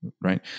right